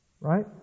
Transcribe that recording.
Right